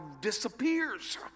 disappears